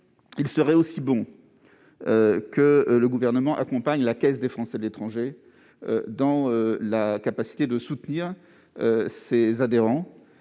il serait bon également que le Gouvernement accompagne la caisse des Français de l'étranger dans sa capacité à soutenir ses adhérents